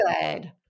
good